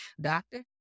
Doctor